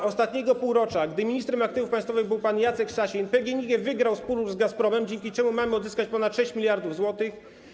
W czasie ostatniego półrocza, gdy ministrem aktywów państwowych był pan Jacek Sasin, PGNiG wygrał spór z Gazpromem, dzięki czemu mamy odzyskać ponad 6 mld zł.